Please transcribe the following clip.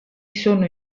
sono